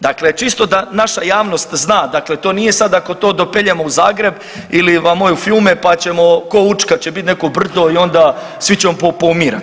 Dakle, čisto da naša javnost zna, dakle to nije sad ako to dopeljamo u Zagreb ili va moje fjume, pa ćemo ko Učka će bit neko brdo i onda svi ćemo poumirat.